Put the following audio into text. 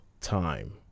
time